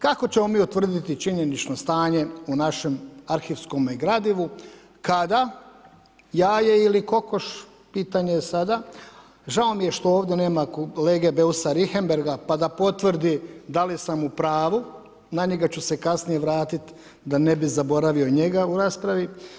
Kako ćemo mi utvrditi činjenično stanje u našem arhivskome gradivu, kada jaje ili kokoš, pitanje je sada, žao mi je što ovdje nema lege Beusa Richembergha pa da potvrdi da li sam u pravu, na njega ću se kasnije vratiti, da ne bi zaboravio njega u raspravi.